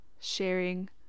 sharing